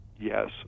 yes